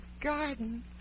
garden